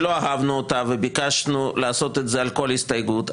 שלא אהבנו אותה וביקשנו לעשות את זה על כל הסתייגות,